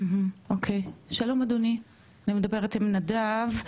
אוקי, שלום אדוני, אני מדברת עם נדב,